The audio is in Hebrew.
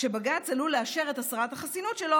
כשבג"ץ עלול לאשר את הסרת חסינותו,